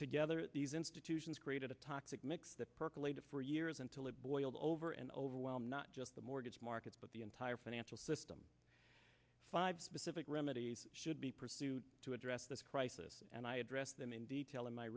together these institutions created a toxic mix percolated for years until it boiled over and over well not just the mortgage markets but the entire financial system five specific remedies should be pursued to address this crisis and i addressed them in detail in my